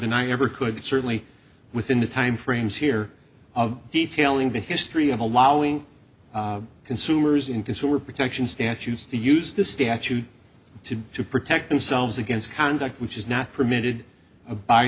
than i ever could certainly within the timeframes here of detailing the history of allowing consumers in consumer protection statutes the use the statute to to protect themselves against conduct which is not permitted a by